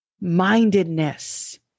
mindedness